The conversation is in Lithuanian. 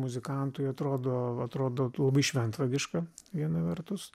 muzikantui atrodo atrodo labai šventvagiška viena vertus